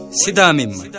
sidamim